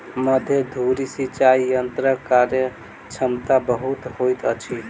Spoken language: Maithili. मध्य धुरी सिचाई यंत्रक कार्यक्षमता बहुत होइत अछि